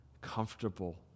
comfortable